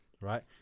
right